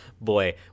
boy